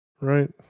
Right